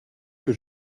que